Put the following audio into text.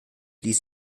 ließ